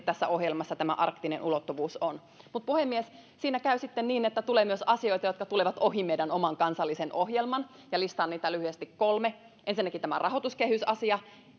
tässä ohjelmassa tämä arktinen ulottuvuus on mutta puhemies siinä käy sitten niin että tulee myös asioita jotka tulevat ohi meidän oman kansallisen ohjelmamme ja listaan niitä lyhyesti kolme ensinnäkin tämä rahoituskehysasia